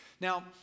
Now